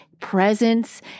presence